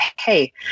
hey